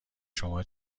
شما